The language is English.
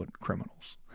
criminals